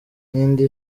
n’indi